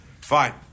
Fine